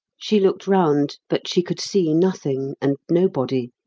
she looked round, but she could see nothing and nobody.